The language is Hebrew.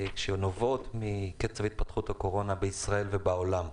שנובעות מקצב התפתחות הקורונה בישראל ובעולם.